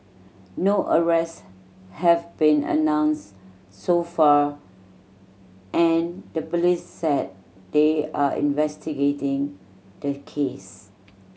no arrests have been announce so far and the police said they are investigating the case